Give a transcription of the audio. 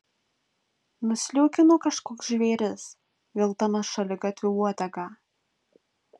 nusliūkino kažkoks žvėris vilkdamas šaligatviu uodegą